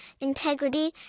integrity